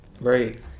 right